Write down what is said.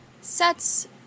sets